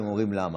אתם אומרים למה.